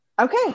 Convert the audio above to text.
Okay